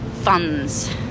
funds